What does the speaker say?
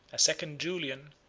a second julian,